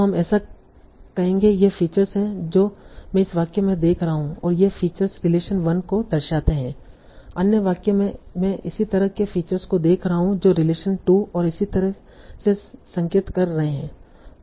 तो हम ऐसा कहेंगे ये फीचर्स हैं जो मैं इस वाक्य में देख रहा हूं और ये फीचर्स रिलेशन 1 को दर्शाते हैं अन्य वाक्य मैं भी इस तरह के फीचर्स को देख रहा हूं जो रिलेशन 2 और इसी तरह से संकेत कर रहे हैं